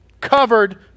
covered